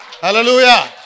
Hallelujah